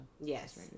yes